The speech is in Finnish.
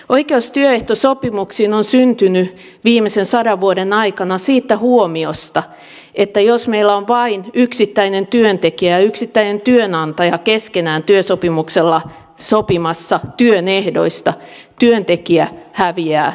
oikeus työehtosopimuksiin on syntynyt viimeisen sadan vuoden aikana siitä huomiosta että jos meillä ovat vain yksittäinen työntekijä ja yksittäinen työnantaja keskenään työsopimuksella sopimassa työn ehdoista työntekijä häviää joka kerta